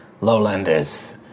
Lowlanders